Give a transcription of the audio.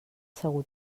segur